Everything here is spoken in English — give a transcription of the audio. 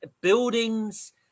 buildings